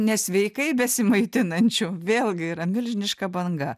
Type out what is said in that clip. nesveikai besimaitinančių vėlgi yra milžiniška banga